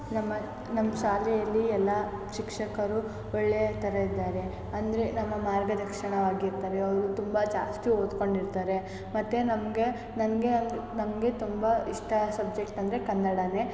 ನಮ್ಮ ನಮ್ಮ ಶಾಲೆಯಲ್ಲಿ ಎಲ್ಲ ಶಿಕ್ಷಕರು ಒಳ್ಳೆಯ ಥರ ಇದ್ದಾರೆ ಅಂದರೆ ನಮ್ಮ ಮಾರ್ಗದರ್ಶನವಾಗಿರ್ತಾರೆ ಅವರು ತುಂಬ ಜಾಸ್ತಿ ಓದಿಕೊಂಡಿರ್ತಾರೆ ಮತ್ತು ನಮಗೆ ನನಗೆ ನಮಗೆ ತುಂಬ ಇಷ್ಟ ಸಬ್ಜೆಕ್ಟ್ ಅಂದರೆ ಕನ್ನಡವೇ